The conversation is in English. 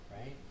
right